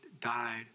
died